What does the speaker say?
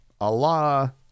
Allah